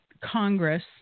Congress